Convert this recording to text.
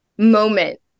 moment